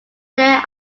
there